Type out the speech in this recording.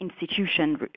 institution